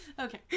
Okay